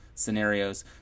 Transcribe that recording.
scenarios